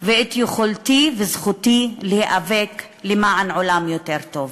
ואת יכולתי וזכותי להיאבק למען עולם יותר טוב.